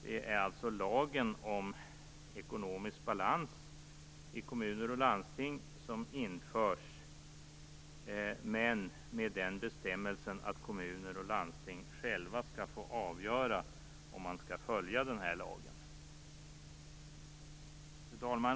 Det är alltså lagen om ekonomisk balans i kommuner och landsting som införs, men med bestämmelsen att kommuner och landsting själva skall få avgöra om de skall följa den här lagen. Fru talman!